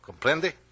Comprende